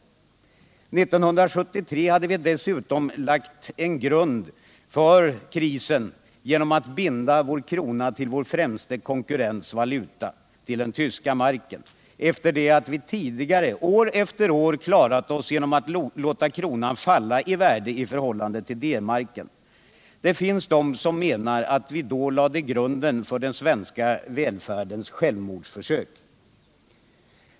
År 1973 hade vi dessutom lagt en grund för krisen genom att binda vår krona till vår främsta konkurrents valuta — den tyska Marken — efter det att vi tidigare år efter år klarat oss genom att låta kronan falla i värde i förhållande till D-marken. Det finns de som menar att vi då lade grunden till den svenska välfärdens självmordsförsök.